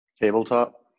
Tabletop